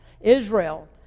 Israel